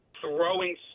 throwing